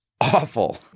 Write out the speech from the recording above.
awful